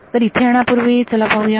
तर इथे येण्यापूर्वी चला पाहूया